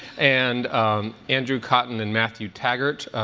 and andrew cotton and matthew taggart,